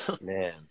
Man